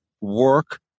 work